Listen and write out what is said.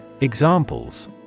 Examples